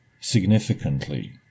significantly